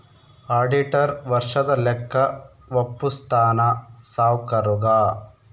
auditor ವರ್ಷದ ಲೆಕ್ಕ ವಪ್ಪುಸ್ತಾನ ಸಾವ್ಕರುಗಾ